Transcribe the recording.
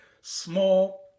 small